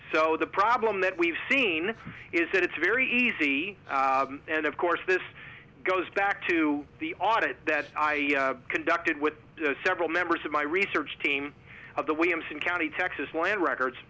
so the problem that we've seen is that it's very easy and of course this goes back to the audit that i conducted with several members of my research team of the williamson county texas land records